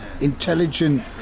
intelligent